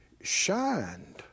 shined